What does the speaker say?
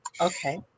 Okay